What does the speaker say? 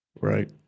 right